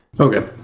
Okay